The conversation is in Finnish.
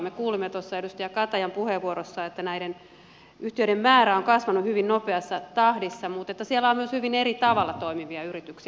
me kuulimme tuossa edustaja katajan puheenvuorossa että näiden yhtiöiden määrä on kasvanut hyvin nopeassa tahdissa mutta siellä on myös hyvin eri tavalla toimivia yrityksiä